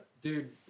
Dude